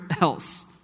else